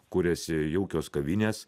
kuriasi jaukios kavinės